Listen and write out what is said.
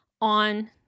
on